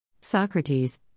Socrates